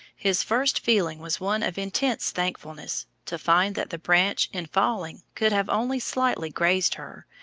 his first feeling was one of intense thankfulness to find that the branch in falling could have only slightly grazed her,